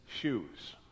shoes